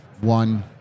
One